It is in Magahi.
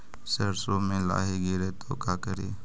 सरसो मे लाहि गिरे तो का करि?